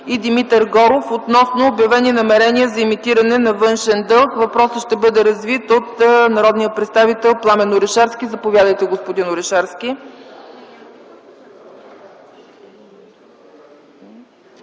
и Димитър Горов, относно обявени намерения за емитиране на външен дълг. Въпросът ще бъде развит от народния представител Пламен Орешарски. Заповядайте, господин Орешарски.